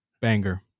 banger